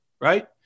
Right